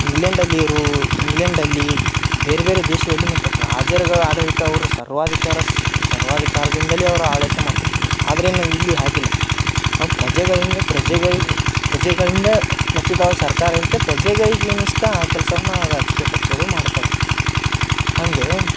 ಇಂಗ್ಲೆಂಡಲ್ಲಿ ಇರೋ ಇಂಗ್ಲೆಂಡಲ್ಲಿ ಬೇರೆ ಬೇರೆ ದೇಶದಲ್ಲಿ ಮತ್ತು ರಾಜರು ಆಡಳಿತ ಅವ್ರ ಸರ್ವಾಧಿಕಾರ ಸರ್ವಾಧಿಕಾರ್ದಿಂದಲೇ ಅವರು ಆಡಳಿತ ಮಾಡ್ಕೊ ಆದರೆ ನಾವು ಇಲ್ಲಿ ಹಾಗಿಲ್ಲ ನಾವು ಪ್ರಜೆಗಳಿಂದ ಪ್ರಜೆಗಳಿಗೆ ಪ್ರಜೆಗಳಿಂದ ರಚಿತವಾದ ಸರ್ಕಾರ ಇರುತ್ತೆ ಪ್ರಜೆಗಳಿಗೆ ಏನು ಇಷ್ಟ ಆ ಕೆಲ್ಸವನ್ನ ಆ ರಾಜಕೀಯ ಪಕ್ಷಗಳು ಮಾಡ್ತವೆ ಹಾಗೇ